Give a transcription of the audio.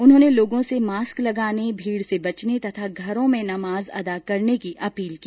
उन्होंने लोगों से मास्क लगाने भीड़ से बचने तथा घरों में नमाज अदा करने की अपील की